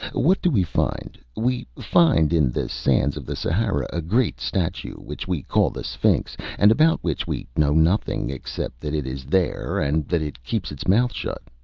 what do we find? we find in the sands of the sahara a great statue, which we call the sphinx, and about which we know nothing, except that it is there and that it keeps its mouth shut.